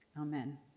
Amen